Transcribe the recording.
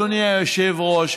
אדוני היושב-ראש,